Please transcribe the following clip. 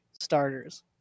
starters